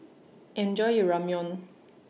Enjoy your Ramyeon